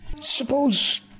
suppose